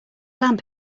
lamp